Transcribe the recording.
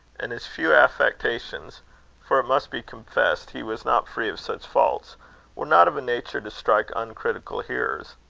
and his few affectations for it must be confessed he was not free of such faults were not of a nature to strike uncritical hearers.